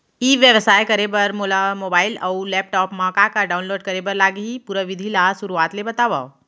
ई व्यवसाय करे बर मोला मोबाइल अऊ लैपटॉप मा का का डाऊनलोड करे बर लागही, पुरा विधि ला शुरुआत ले बतावव?